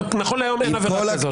אבל נכון להיום אין עבירה כזאת.